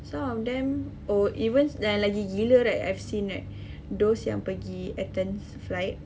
some of them or even yang lagi gila right I've seen right those yang pergi athens flight